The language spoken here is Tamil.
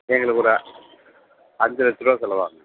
எங்களுக்கு ஒரு அஞ்சு லட்ச ரூபா செலவாகுங்க